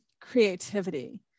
creativity